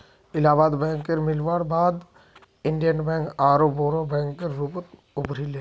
इलाहाबाद बैकेर मिलवार बाद इन्डियन बैंक आरोह बोरो बैंकेर रूपत उभरी ले